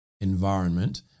environment